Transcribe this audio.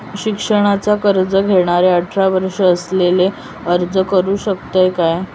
शिक्षणाचा कर्ज घेणारो अठरा वर्ष असलेलो अर्ज करू शकता काय?